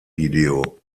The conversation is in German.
video